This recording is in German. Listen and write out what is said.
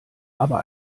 aber